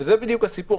זה בדיוק הסיפור.